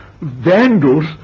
vandals